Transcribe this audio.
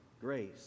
grace